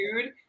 food